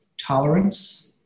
tolerance